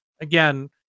again